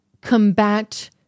combat